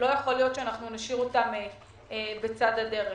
לא יכול להיות שנשאיר אותם בצד הדרך.